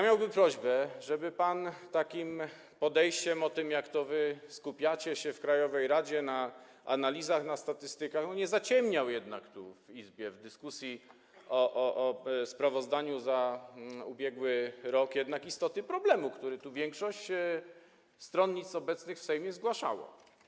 Miałbym prośbę, żeby pan takim podejściem, mówieniem o tym, jak to skupiacie się w krajowej radzie na analizach, na statystykach, nie zaciemniał w Izbie w dyskusji o sprawozdaniu za ubiegły rok istoty problemu, który większość stronnictw obecnych w Sejmie zgłaszała.